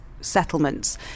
settlements